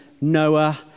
Noah